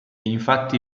infatti